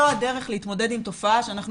זה לא הדרך להתמודד עם תופעה שאנחנו